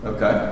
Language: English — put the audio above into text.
Okay